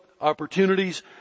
opportunities